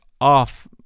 off